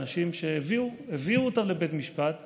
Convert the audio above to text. אנשים שהביאו אותם לבית משפט משוחררים.